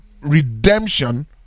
redemption